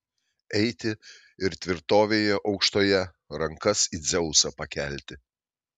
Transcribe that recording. eiti ir tvirtovėje aukštoje rankas į dzeusą pakelti